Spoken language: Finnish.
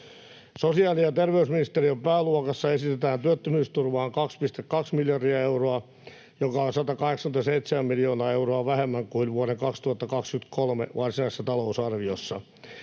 Sosiaali‑ ja terveysministeriön pääluokassa esitetään työttömyysturvaan 2,2 miljardia euroa, joka on 187 miljoonaa euroa vähemmän kuin vuoden 2023 varsinaisessa talousarviossa.